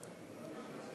רבותי